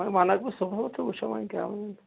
وۅنۍ وَنکھ بہٕ صُبحو تہٕ وُچھَو وۅنۍ کیٛاہ وَنَن